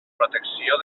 protecció